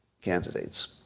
candidates